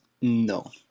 No